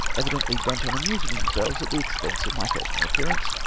evidently bent on amusing themselves at the expense of my personal appearance,